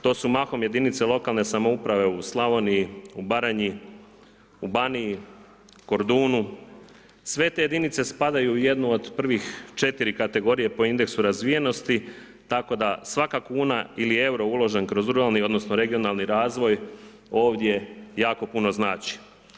To su mahom Jedinice lokalne samouprave u Slavoniji, u Baranji, u Baniji, Kordunu, sve te jedinice spadaju u jednu od prvih četiri kategorija po indeksu razvijenosti, tako da svaka kuna ili euro uložen kroz ruralni odnosno regionalni razvoj ovdje jako puno znači.